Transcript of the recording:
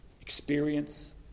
Experience